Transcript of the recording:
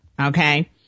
okay